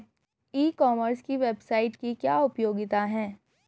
ई commerce की website की क्या उपयोगिता है?